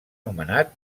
nomenat